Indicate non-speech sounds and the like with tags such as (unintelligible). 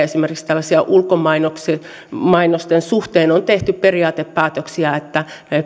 (unintelligible) esimerkiksi tällaisten ulkomainosten ulkomainosten suhteen on tehty periaatepäätöksiä että